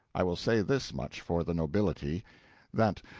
i will say this much for the nobility that,